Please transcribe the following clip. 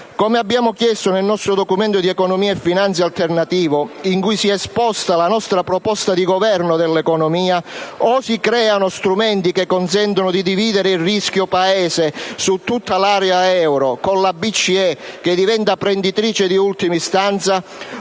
Come abbiamo chiesto nel nostro Documento di economia e finanza alternativo - in cui si è esposta la nostra proposta di governo dell'economia - o si creano strumenti che consentano di dividere il rischio Paese su tutta l'area euro, con la BCE che diventa prenditrice di ultima istanza,